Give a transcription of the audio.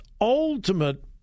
ultimate